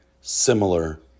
similar